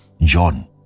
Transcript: John